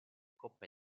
coppe